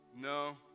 No